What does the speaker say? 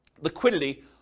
liquidity